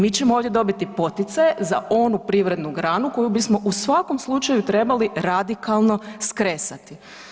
Mi ćemo ovdje dobiti poticaje za onu privrednu granu koju bismo u svakom slučaju trebali radikalno skresati.